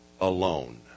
alone